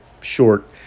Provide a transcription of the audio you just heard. short